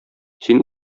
син